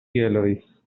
galleries